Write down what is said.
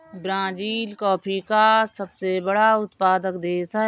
Brazil coffee का सबसे बड़ा उत्पादक देश है